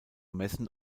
messen